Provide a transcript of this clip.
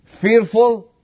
fearful